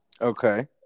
Okay